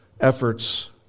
efforts